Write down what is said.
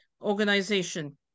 organization